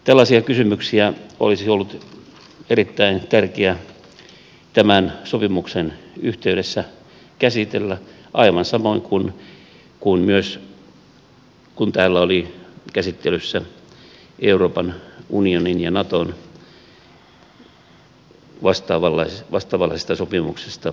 tällaisia kysymyksiä olisi ollut erittäin tärkeä tämän sopimuksen yhteydessä käsitellä aivan samoin kuin myös silloin kun täällä oli käsittelyssä kysymys euroopan unionin ja naton vastaavanlaisista sopimuksista